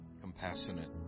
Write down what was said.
compassionate